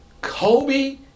Kobe